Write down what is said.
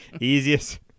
Easiest